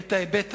את ההיבט הזה,